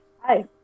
hi